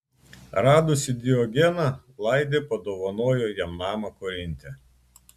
radusi diogeną laidė padovanojo jam namą korinte